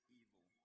evil